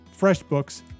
FreshBooks